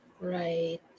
Right